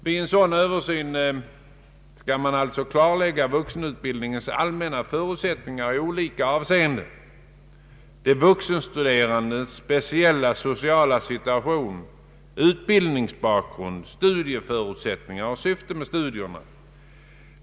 Vid en sådan översyn skall man klarlägga vuxenutbildningens allmänna förutsättningar i olika avseenden — de vuxenstuderandes speciella sociala situation, utbildningsbakgrund, studieförutsättningar och syfte med studierna.